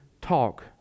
talk